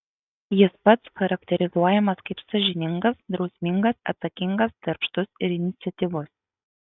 jis pats charakterizuojamas kaip sąžiningas drausmingas atsakingas darbštus iniciatyvus